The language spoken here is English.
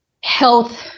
health